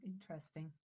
interesting